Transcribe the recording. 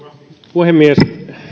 puhemies